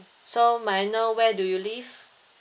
so may I know where do you live